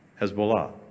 Hezbollah